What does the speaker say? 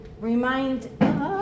remind